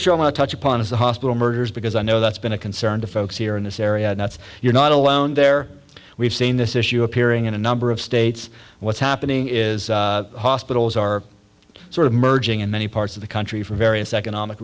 want to touch upon is the hospital murders because i know that's been a concern to folks here in this area and that's you're not alone there we've seen this issue appearing in a number of states what's happening is hospitals are sort of merging in many parts of the country for various economic